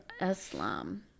Islam